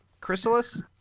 Chrysalis